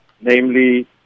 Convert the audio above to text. namely